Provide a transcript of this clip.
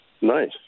Nice